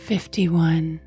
Fifty-one